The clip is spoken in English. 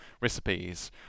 recipes